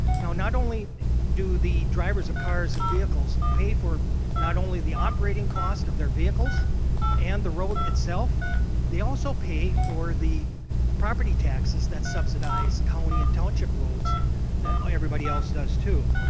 now not only do the drivers of cars and vehicles pay for not only operating cost of their vehicles and the road itself they also pay for the property taxes that subsidize county and township roads that ah everybody else does too.